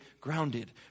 grounded